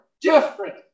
different